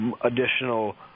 additional